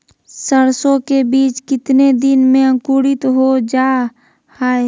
सरसो के बीज कितने दिन में अंकुरीत हो जा हाय?